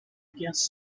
against